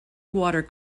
water